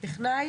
"טכנאי"